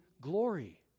Glory